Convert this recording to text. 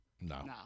No